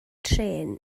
trên